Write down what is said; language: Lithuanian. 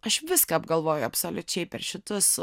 aš viską apgalvoju absoliučiai per šituos